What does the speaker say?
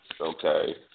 Okay